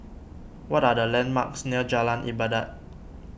what are the landmarks near Jalan Ibadat